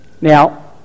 Now